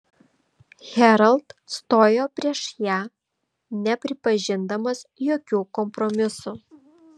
herald stojo prieš ją nepripažindamas jokių kompromisų